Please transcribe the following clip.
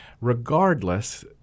Regardless